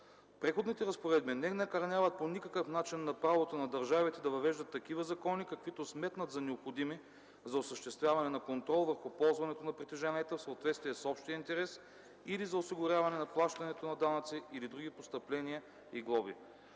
Предходните разпоредби не накърняват по никакъв начин правото на държавите да въвеждат такива закони, каквито сметнат за необходими за осъществяване на контрол върху ползването на притежанията в съответствие с общия интерес или за осигуряване на плащането на данъци или други постъпления и глоби.”